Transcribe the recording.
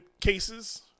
cases